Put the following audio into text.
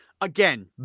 again